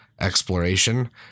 exploration